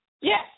Yes